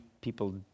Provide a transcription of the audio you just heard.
people